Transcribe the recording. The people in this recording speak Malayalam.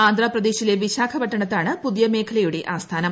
ആന്ധ്രപ്രദേശിലെ വിശാഖപട്ടണത്താണ് പുതിയ മേഖലയുടെ ആസ്ഥാനം